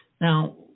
Now